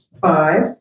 Five